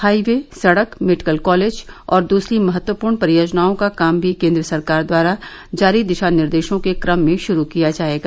highway सड़क medical college और दूसरी महत्वपूर्ण परियोजनाओं का काम भी केन्द्र सरकार द्वारा जारी दिशा निर्देशों के क्रम में श्रू किया जाएगा